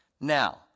Now